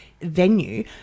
venue